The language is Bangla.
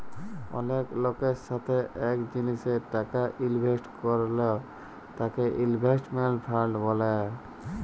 অলেক লকের সাথে এক জিলিসে টাকা ইলভেস্ট করল তাকে ইনভেস্টমেন্ট ফান্ড ব্যলে